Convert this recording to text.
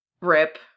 Rip